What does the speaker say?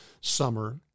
summer